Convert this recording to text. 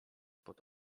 pod